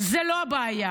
זו לא הבעיה.